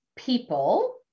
People